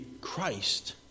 Christ